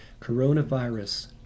Coronavirus